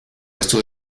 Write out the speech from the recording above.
resto